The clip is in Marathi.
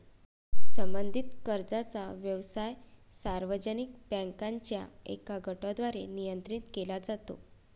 संबंधित कर्जाचा व्यवसाय सार्वजनिक बँकांच्या एका गटाद्वारे नियंत्रित केला जातो